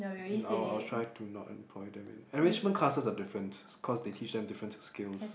and I'll I'll try to not employ them in enrichment classes are different because it teach them different skills